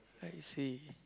I see